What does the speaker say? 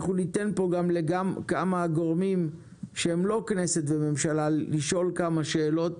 ניתן גם לגורמים שהם לא כנסת או ממשלה לשאול שאלות